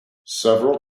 several